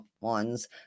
ones